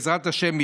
בעזרת השם,